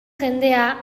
jendea